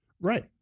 Right